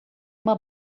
uma